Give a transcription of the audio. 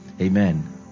Amen